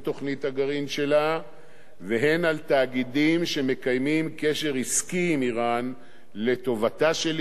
הגרעין שלה והן על תאגידים שמקיימים קשר עסקי עם אירן לטובתה של אירן,